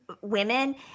women